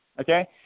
okay